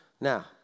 Now